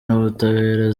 n’ubutabera